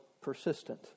persistent